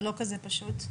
זה לא כזה פשוט.